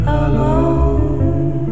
alone